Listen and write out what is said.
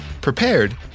prepared